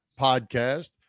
podcast